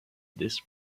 this